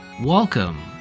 Welcome